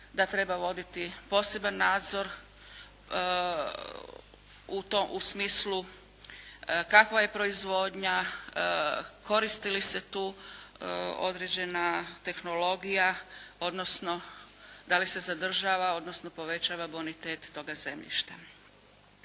da treba voditi poseban nadzor u smislu kakva je proizvodnja, koristi li se tu određena tehnologija, odnosno da li se zadržava, odnosno povećava bonitet toga zemljišta.